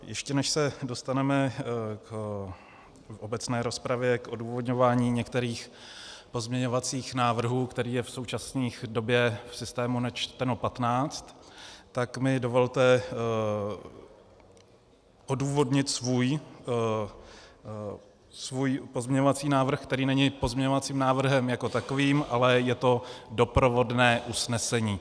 Ještě než se dostaneme k obecné rozpravě k odůvodňování některých pozměňovacích návrhů, kterých je v současné době v systému načteno 15, tak mi dovolte odůvodnit svůj pozměňovací návrh, který není pozměňovacím návrhem jako takovým, ale je to doprovodné usnesení.